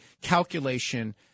calculation